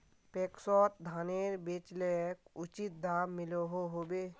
पैक्सोत धानेर बेचले उचित दाम मिलोहो होबे?